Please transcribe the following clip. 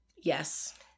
Yes